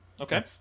Okay